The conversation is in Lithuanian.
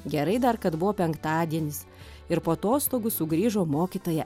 gerai dar kad buvo penktadienis ir po atostogų sugrįžo mokytoja